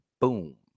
boom